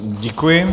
Děkuji.